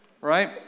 right